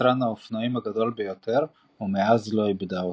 יצרן האופנועים הגדול ביותר ומאז לא איבדה אותו.